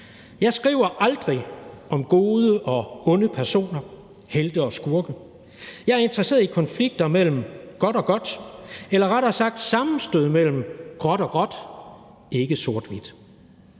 Jeg skriver aldrig om gode og onde personer, helte og skurke, jeg er interesseret i konflikter mellem godt og godt eller rettere sagt sammenstød mellem gråt og gråt, ikke sort-hvidt.